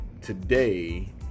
today